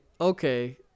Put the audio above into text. Okay